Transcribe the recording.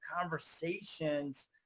conversations